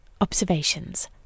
observations